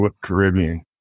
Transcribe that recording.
Caribbean